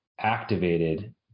activated